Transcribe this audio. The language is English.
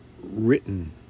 written